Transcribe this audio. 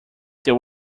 there